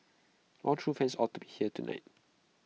all true fans ought to be here tonight